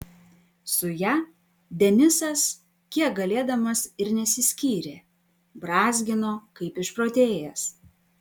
su ja denisas kiek galėdamas ir nesiskyrė brązgino kaip išprotėjęs